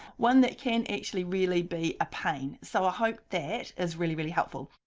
one that can actually really be a pain. so ah hope that is really, really helpful.